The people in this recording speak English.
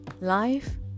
Life